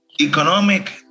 economic